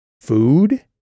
food